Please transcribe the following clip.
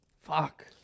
Fuck